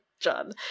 John